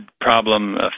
problem